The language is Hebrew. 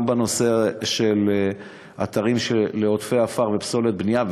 גם בנושא של אתרים לעודפי עפר ופסולת בנייה,